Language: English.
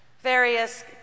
Various